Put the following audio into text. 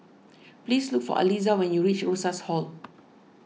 please look for Aliza when you reach Rosas Hall